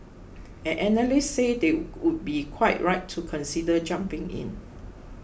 and analysts say they would be quite right to consider jumping in